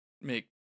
make